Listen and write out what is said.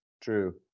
True